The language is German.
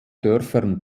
dörfern